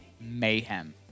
mayhem